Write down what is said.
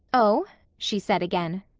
oh? she said again.